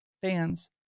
fans